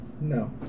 No